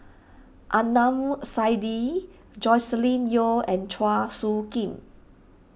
Adnan Saidi Joscelin Yeo and Chua Soo Khim